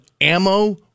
ammo